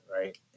right